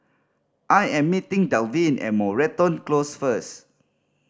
I am meeting Dalvin at Moreton Close first